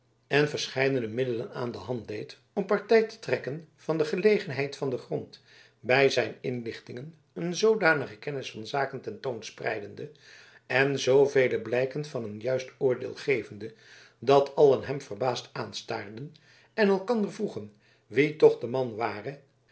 en verscheidene middelen aan de hand deed om partij te trekken van de gelegenheid van den grond bij zijn inlichtingen een zoodanige kennis van zaken ten toon spreidende en zoovele blijken van een juist oordeel gevende dat allen hem verbaasd aanstaarden en elkander vroegen wie toch de man ware